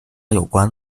有关